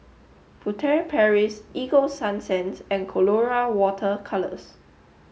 furtere Paris Ego sunsense and Colora water colours